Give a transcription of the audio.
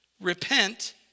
Repent